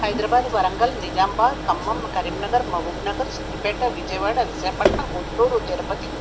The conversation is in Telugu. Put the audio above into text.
హైదరాబాదు వరంగలు నిజామాబాదు ఖమ్మం కరీంనగర్ మహూబ్నగర్ సిద్దిపేట విజయవాడ విశాఖపట్నం గుంటూరు తిరుపతి